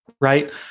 right